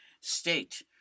state